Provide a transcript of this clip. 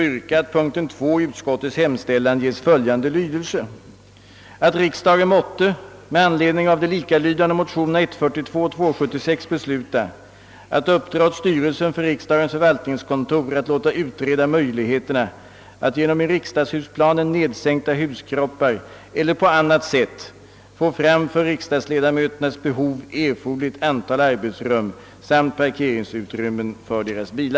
Jag ber därför att få yrka att punkten 2 i utskottets hemställan ges följande lydelse: